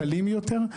קלים יותר,